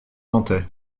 nantais